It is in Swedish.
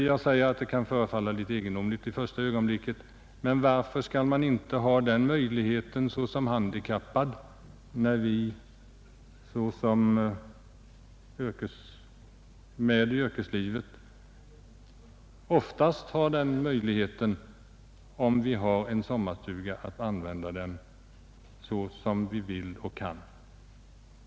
Som jag sade kan yrkandet i första ögonblicket förefalla egendomligt, men varför skall inte en handikappad ha den möjligheten när vi som är med i yrkeslivet, om vi har en sommarstuga, har möjlighet att använda den som vi vill och kan.